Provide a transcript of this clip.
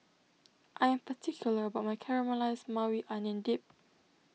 I am particular about my Caramelized Maui Onion Dip